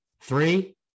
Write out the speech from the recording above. Three